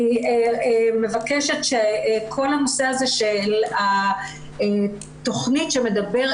אני מבקשת שכל הנושא של תכנית שמדברת,